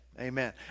Amen